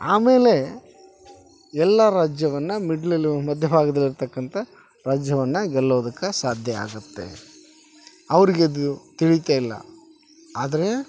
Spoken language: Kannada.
ಆಮೇಲೆ ಎಲ್ಲ ರಾಜ್ಯವನ್ನ ಮಿಡ್ಲ್ಲೀ ಮಧ್ಯ ಬಾಗದಲ್ಲಿ ಇರ್ತಕ್ಕಂಥ ರಾಜ್ಯವನ್ನ ಗೆಲ್ಲೋದಕ್ಕ ಸಾಧ್ಯ ಆಗುತ್ತೆ ಅವರಿಗದು ತಿಳೀತ ಇಲ್ಲ ಆದರೆ